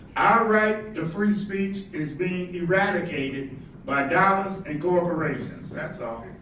right to free speech is being eradicated by dollars and corporations, that's all.